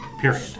Period